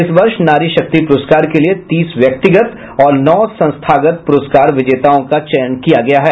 इस वर्ष नारी शक्ति पुरस्कार के लिए तीस व्यक्तिगत और नौ संस्थागत पुरस्कार विजेताओं का चयन किया गया है